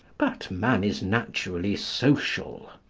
but man is naturally social.